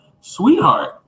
Sweetheart